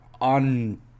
on